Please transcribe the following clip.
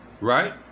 Right